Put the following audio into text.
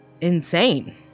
insane